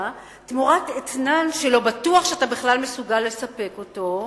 תמורת אתנן שלא בטוח שאתה בכלל מסוגל לספק אותו,